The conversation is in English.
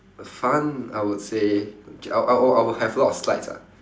fun I would say I I I would have a lot of slides ah